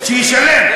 שישלם?